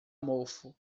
mofo